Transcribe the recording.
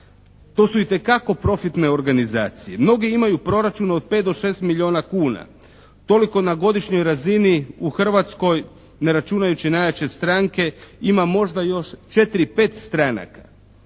To su itekako profitne organizacije. Mnogi imaju proračun od 5 do 6 milijuna kuna. Toliko na godišnjoj razini u Hrvatskoj, ne računajući najjače stranke, ima možda još 4, 5 stranaka.